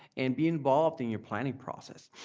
and be involved in your planning process.